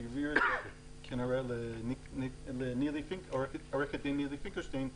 שהעביר את זה כנראה לעורכת הדין נילי פינקלשטיין.